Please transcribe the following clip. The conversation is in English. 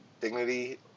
Dignity